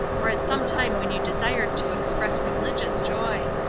or at some time when you desired to express religious joy.